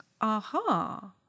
aha